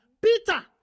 Peter